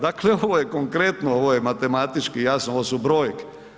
Dakle ovo je konkretno, ovo je matematički jasno, ovo su brojke.